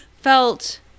felt